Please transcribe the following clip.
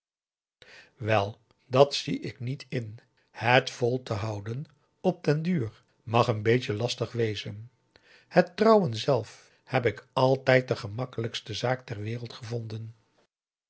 wel dat zie ik niet in het vol te houden op den duur mag n beetje lastig wezen het trouwen zelf heb ik altijd de gemakkelijkste zaak ter wereld gevonden